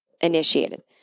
initiated